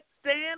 stand